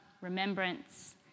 remembrance